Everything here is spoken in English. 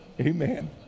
amen